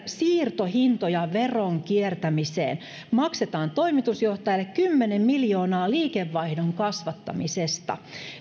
siirtohintoja veron kiertämiseen maksetaan toimitusjohtajalle kymmenen miljoonaa liikevaihdon kasvattamisesta